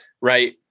right